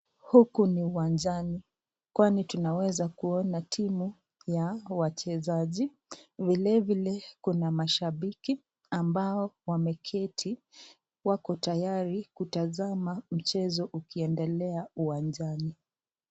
Huku ni uwanjani kwani tunaweza kuona timu ya wachezaji vilevile kuna mashambiki ambao wameketi, wako tayari kutazama mchezo ukiendelea uwanjani.